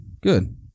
good